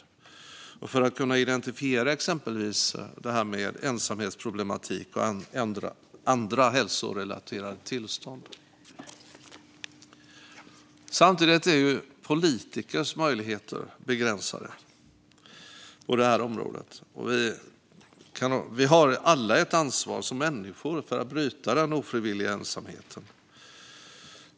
Det handlar om att kunna identifiera exempelvis ensamhetsproblematik och andra hälsorelaterade tillstånd. Samtidigt är politikers möjligheter begränsade på det här området. Vi har alla ett ansvar som människor för att bryta den ofrivilliga ensamheten.